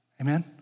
Amen